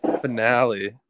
finale